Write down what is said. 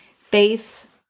faith